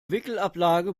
wickelablage